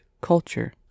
culture